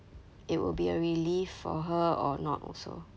it will be a relief for her or not also